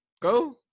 Go